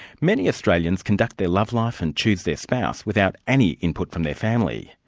many australians conduct their love life and choose their spouse without any input from their family.